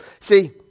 See